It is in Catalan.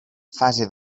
fase